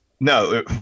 no